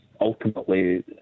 ultimately